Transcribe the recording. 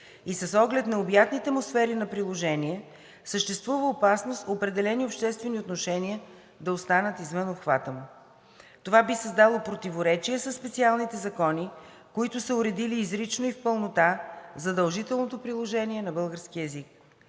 и с оглед необятните му сфери на приложение съществува опасност определени обществени отношения да останат извън обхвата му. Това би създало противоречие със специалните закони, които са уредили изрично и в пълнота задължителното приложение на българския език.